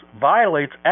violates